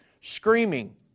screaming